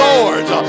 Lords